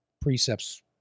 precepts